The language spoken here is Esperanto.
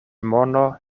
mono